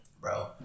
Bro